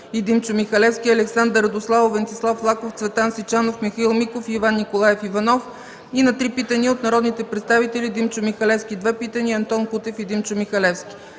и Димчо Михалевски, Александър Радославов, Венцислав Лаков, Цветан Сичанов, Михаил Миков, и Иван Николаев Иванов и на 3 питания от народните представители Димчо Михалевски – две питания, и Антон Кутев и Димчо Михалевски.